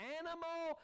animal